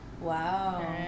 Wow